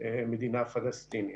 מדינה פלסטינית?